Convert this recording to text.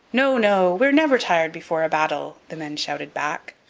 no, no we're never tired before a battle the men shouted back.